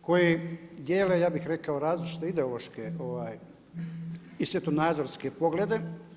koji dijele ja bih rekao različite ideološke i svjetonazorske poglede?